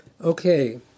Okay